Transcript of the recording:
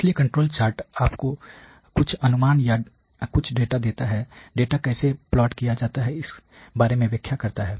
इसलिए control chart आपको कुछ अनुमान या कुछ डेटा देता है डेटा कैसे प्लॉट किया जाता है इसके बारे में व्याख्या करता है